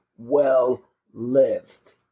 Well-lived